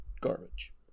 garbage